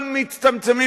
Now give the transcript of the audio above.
אבל מצטמצמים,